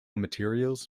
materials